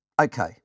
Okay